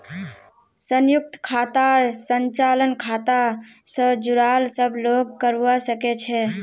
संयुक्त खातार संचालन खाता स जुराल सब लोग करवा सके छै